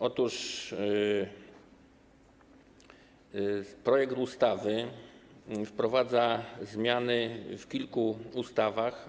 Otóż projekt ustawy wprowadza zmiany w kilku ustawach.